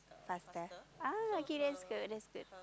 faster ah okay that's good that's good